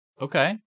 Okay